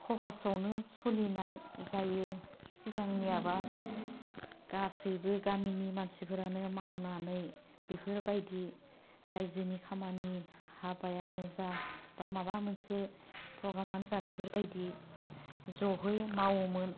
हहसावनो सलिनाय जायो सिगांनियाबा गासैबो गामिनि मानसिफोरानो मावनानै बिखो बायदि रायजोनि खामानि हाबायानो जा बा माबा मोनसे प्रग्रामआनो जा बिफोरबायदि जहोयो मावोमोन